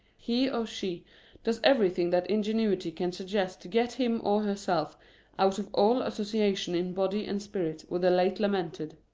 he or she does everything that ingenuity can suggest to get him or herself out of all association in body and spirit with the late lamented.